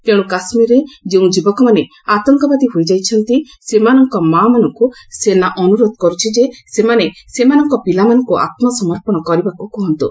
ତେଣୁ କାଶ୍ମୀରରେ ଯେଉଁ ଯୁବକମାନେ ଆତଙ୍କବାଦୀ ହୋଇଯାଇଛନ୍ତି ସେମାନଙ୍କ ମା'ମାନଙ୍କୁ ସେନା ଅନୁରୋଧ କରୁଛି ଯେ ସେମାନେ ସେମାନଙ୍କ ପିଲାମାନଙ୍କୁ ଆତ୍କସମର୍ପଣ କରିବାକୁ କୁହନ୍ତୁ